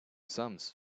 sums